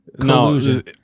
Collusion